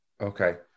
Okay